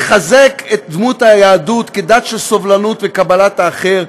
לחזק את דמות היהדות כדת של סובלנות וקבלת האחר,